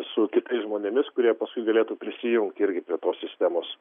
su kitais žmonėmis kurie paskui galėtų prisijungti irgi prie tos sistemos